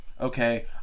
Okay